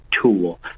tool